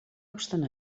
obstant